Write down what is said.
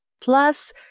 plus